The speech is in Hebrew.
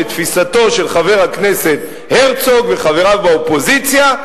לתפיסת חבר הכנסת הרצוג וחבריו באופוזיציה,